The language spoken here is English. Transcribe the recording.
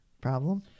Problem